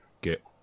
get